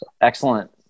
Excellent